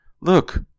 Look